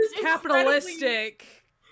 capitalistic